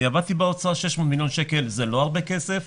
אני עבדתי באוצר 600 מיליון שקל זה לא הרבה כסף.